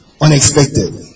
unexpected